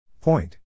Point